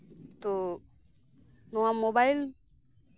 ᱛᱳ ᱱᱚᱣᱟ ᱢᱳᱵᱟᱭᱤᱞ